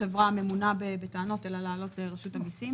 בטענות לא לחברה הממונה אלא לעלות לרשות המיסים?